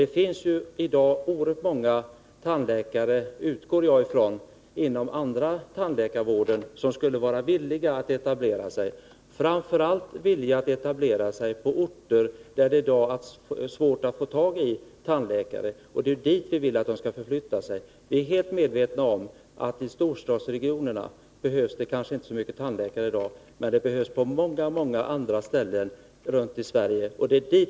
Det finns i dag oerhört många tandläkare, utgår jag från, inom annan tandvård som skulle vara villiga att etablera sig, framför allt på orter där det varit svårt att få tag i tandläkare. Det är dit vi vill att de skall förflytta sig. Vi är helt medvetna om att det i storstadsregionerna kanske inte behövs 'så många tandläkare i dag, men de behövs på många andra ställen runt om i Sverige.